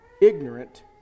ignorant